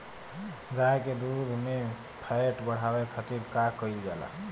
गाय के दूध में फैट बढ़ावे खातिर का कइल जाला?